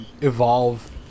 evolve